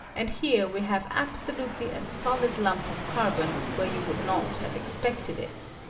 and here we have absolutely a solid lump of carbon where you would not have expected it.